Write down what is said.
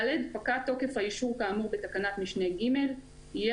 (ד) פקע תוקף האישור כאמור בתקנת משנה (ג) יהיה